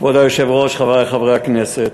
כבוד היושב-ראש, חברי חברי הכנסת,